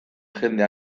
jende